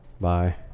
bye